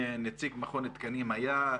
נציג מכון התקנים היה,